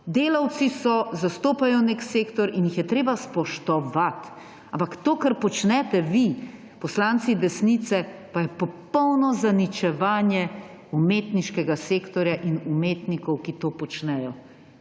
delavci so, zastopajo nek sektor in jih je treba spoštovati. Ampak to, kar počnete vi, poslanci desnice, pa je popolno zaničevanje umetniškega sektorja in umetnikov, ki to počnejo.